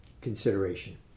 consideration